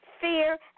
fear